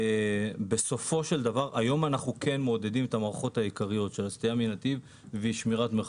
היום אנחנו כן מעודדים את המערכות העיקריות של סטייה מנתיב ושמירת מרחק.